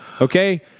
Okay